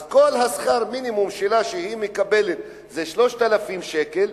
אז כל שכר המינימום שהיא מקבלת זה 3,000 שקל,